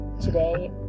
today